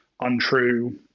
untrue